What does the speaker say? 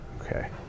okay